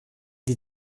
die